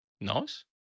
Nice